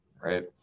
right